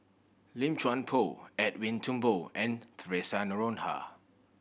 Lim Chuan Poh Edwin Thumboo and Theresa Noronha